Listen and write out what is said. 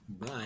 Bye